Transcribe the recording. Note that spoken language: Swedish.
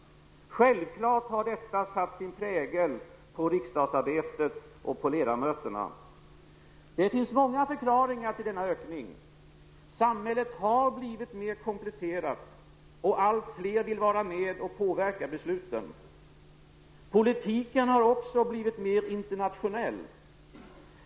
Självklart har detta satt sin prägel på riksdagsarbetet och på ledamöterna. Det finns många förklaringar till denna ökning. Samhället har blivit mer komplicerat, och allt fler vill vara med och påverka besluten. Politiken har också blivit mer internationell.